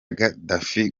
gaddafi